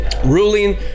ruling